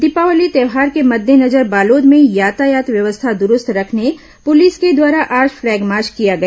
दीपावली त्यौहार के मद्देनजर बालोद में यातायात व्यवस्था द्ररूस्त रखने पुलिस के द्वारा आज फ्लैगमार्च किया गया